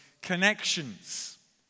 connections